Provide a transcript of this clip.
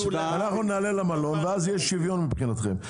אנחנו נעלה למלון ואז יהיה שוויון מבחינתכם.